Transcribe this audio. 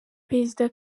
perezida